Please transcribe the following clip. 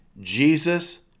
Jesus